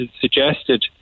suggested